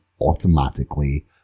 automatically